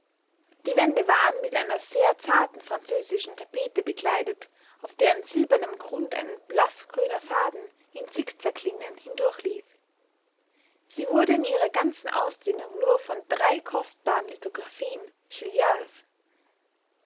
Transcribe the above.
die wände waren mit einer sehr zarten französischen tapete bekleidet auf deren silbernem grund ein blaßgrüner faden in zickzacklinien hindurchlief sie wurde in ihrer ganzen ausdehnung nur von drei kostbaren lithographien